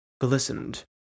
glistened